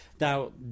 Now